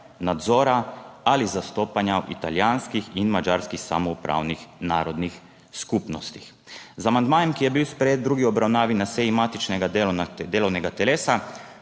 nadzora ali zastopanja v italijanskih in madžarskih samoupravnih narodnih skupnostih. Z amandmajem, ki je bil sprejet v drugi obravnavi na seji matičnega delovnega telesa,